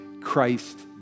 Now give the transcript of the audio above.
Christ